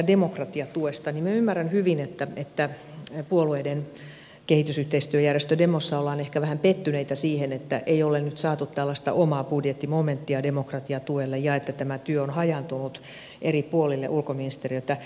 minä ymmärrän hyvin että puolueiden kehitysyhteistyöjärjestö demossa ollaan ehkä vähän pettyneitä siihen että ei ole nyt saatu tällaista omaa budjettimomenttia demokratiatuelle ja että tämä työ on hajaantunut eri puolille ulkoministeriötä